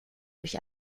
durch